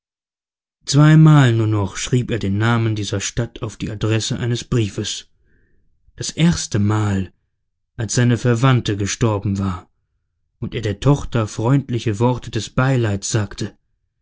zweimal nur noch schrieb er den namen dieser stadt auf die adresse eines briefes das erste mal als seine verwandte gestorben war und er der tochter freundliche worte des beileids sagte